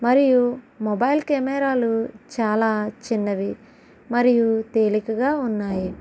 మరియు మొబైల్ కెమెరాలు చాలా చిన్నవి మరియు తేలికగా ఉన్నాయి